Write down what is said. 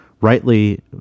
rightly